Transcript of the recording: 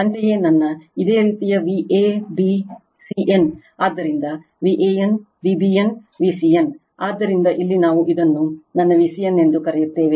ಅಂತೆಯೇ ನನ್ನ ಇದೇ ರೀತಿಯ Vabcn ಆದ್ದರಿಂದ Van Vbn Vcn ಆದ್ದರಿಂದ ಇಲ್ಲಿ ನಾವು ಇದನ್ನು ನನ್ನ Vcn ಎಂದು ಕರೆಯುತ್ತೇವೆ